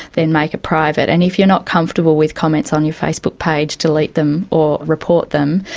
then make it private. and if you're not comfortable with comments on your facebook page, delete them or report them.